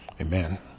amen